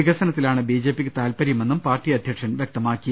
വികസനത്തിലാണ് ബി ജെ പിക്ക് താൽപര്യമെന്നും പാർട്ടി അധ്യക്ഷൻ വൃക്തമാക്കി